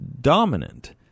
dominant